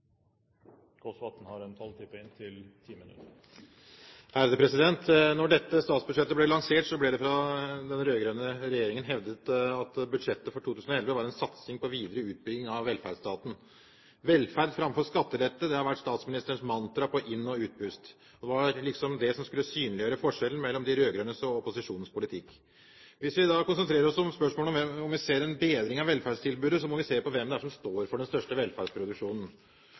også det tilskuddet. Samhandling med frivillige er viktig, men det må smøres med midler, for bare da kan mange gode krefter og tiltak utløses. Da dette statsbudsjettet ble lansert, ble det fra den rød-grønne regjeringen hevdet at budsjettet for 2011 var en satsing på videre utbygging av velferdsstaten. Velferd framfor skattelette har vært statsministerens mantra på inn- og utpust. Det var liksom det som skulle synliggjøre forskjellen mellom de rød-grønnes og opposisjonens politikk. Hvis vi konsentrerer oss om spørsmålet om vi ser en bedring av velferdstilbudet, må vi se på hvem det er som står for den største velferdsproduksjonen.